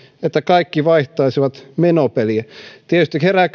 että kaikki vaihtaisivat menopeliä tietysti herää